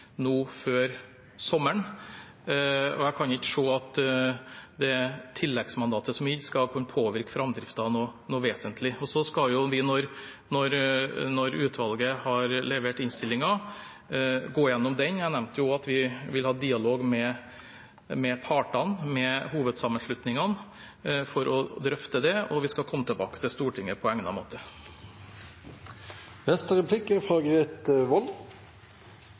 nå før sommeren. Jeg kan ikke se at det tilleggsmandatet som er gitt, skal påvirke framdriften vesentlig. Så skal vi når utvalget har levert innstillingen, gå gjennom den. Jeg nevnte også at vi vil ha dialog med partene, med hovedsammenslutningene, for å drøfte det, og vi vil komme tilbake til Stortinget på